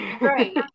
Right